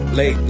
Late